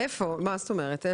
איפה מה זאת אומרת?